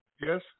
Yes